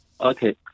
okay